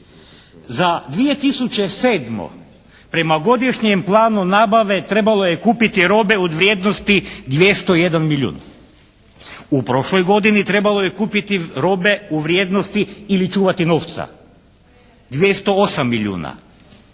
Za 2007. prema Godišnjem planu nabave trebalo je kupiti robe u vrijednosti 201 milijun. U prošloj godini trebalo je kupiti robe u vrijednosti ili čuvati novca, 208 milijuna.